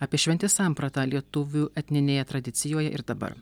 apie šventės sampratą lietuvių etninėje tradicijoje ir dabar